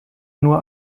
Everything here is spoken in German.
nur